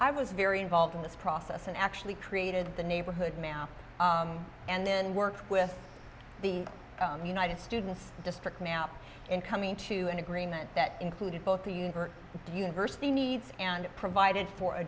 i was very involved in this process and actually created the neighborhood map and then work with the united students district now in coming to an agreement that included both the university needs and provided for a